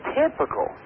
typical